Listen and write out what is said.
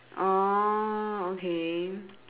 orh okay